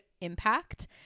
impact